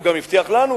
הוא גם הבטיח לנו,